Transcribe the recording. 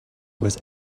was